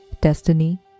Destiny